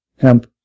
hemp